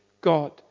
God